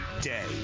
day